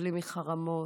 סובלים מחרמות,